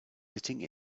sitting